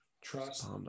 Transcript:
trust